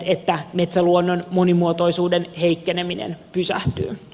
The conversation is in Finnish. että metsäluonnon monimuotoisuuden heikkeneminen pysähtyy